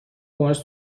باهاش